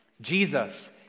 Jesus